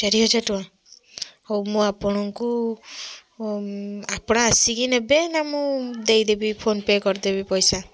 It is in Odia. ଚାରିହଜାର ଟଙ୍କା ହଉ ମୁଁ ଆପଣଙ୍କୁ ଆପଣ ଆସିକି ନେବେ ନା ମୁଁ ଦେଇଦେବି ଫୋନ୍ପେ କରିଦେବି ପଇସା